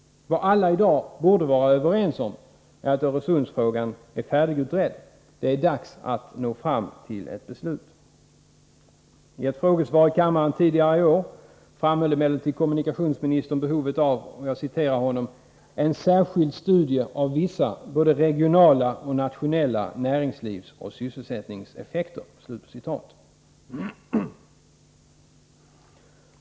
Vad alla i dag borde vara överens om är att Öresundsfrågan är färdigutredd. Det är dags att nå fram till ett beslut. I ett frågesvar i kammaren tidigare i år framhöll emellertid kommunikationsministern behovet av ”en särskild studie av vissa både regionala och nationella näringslivsoch sysselsättningseffekter”.